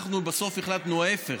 אנחנו בסוף החלטנו ההפך,